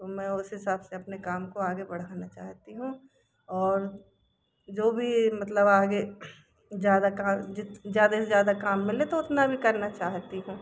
मैं उस हिसाब से अपने काम को आगे बढ़ाना चाहती हूँ और जो भी मतलब आगे ज़्यादा से ज़्यादा काम मिले तो इतना भी करना चाहती हूँ